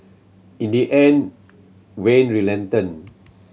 in the end Wayne relented